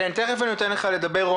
כבר אתן לך לדבר.